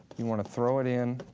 you want to throw it in